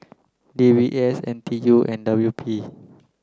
D B S N T U and W P